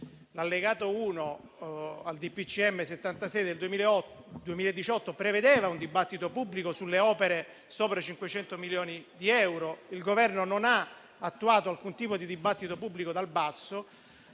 L'Allegato 1) al DPCM n. 76 del 2018 prevedeva un dibattito pubblico sulle opere sopra i 500 milioni di euro, ma il Governo non ha attuato alcun tipo di dibattito pubblico dal basso.